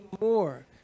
more